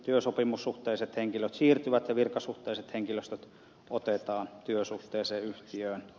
työsopimussuhteiset henkilöt siirtyvät ja virkasuhteiset henkilöt otetaan työsuhteeseen yhtiöön